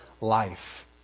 life